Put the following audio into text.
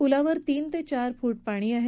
पुलावर तीन ते चार फूट पाणी आहे